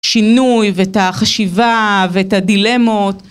שינוי ואת החשיבה ואת הדילמות